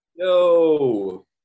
yo